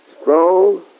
strong